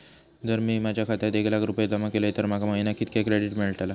जर मी माझ्या खात्यात एक लाख रुपये जमा केलय तर माका महिन्याक कितक्या क्रेडिट मेलतला?